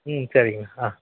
ம் சரிங்க ஆ